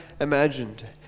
imagined